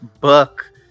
book